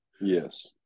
Yes